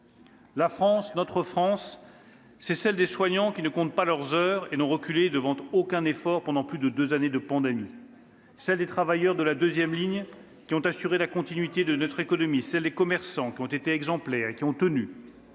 La France, notre France, c'est celle des soignants, qui ne comptent pas leurs heures et n'ont reculé devant aucun effort pendant plus de deux années de pandémie. » Il faut passer aux actes !« C'est celle des travailleurs de la deuxième ligne, qui ont assuré la continuité de notre économie ; celle des commerçants, qui ont été exemplaires et qui ont tenu.